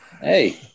Hey